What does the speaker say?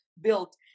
built